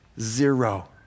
Zero